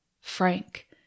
frank